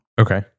Okay